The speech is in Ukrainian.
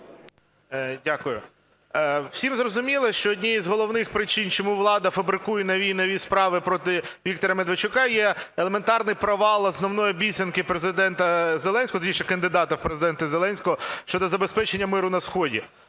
Дякую. Всім зрозуміло, що однією із головних причин, чому влада фабрикує нові і нові справи проти Віктора Медведчука, є елементарний провал основної обіцянки Президента Зеленського, тоді ще кандидата в Президенти Зеленського, щодо забезпечення миру на сході.